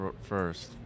first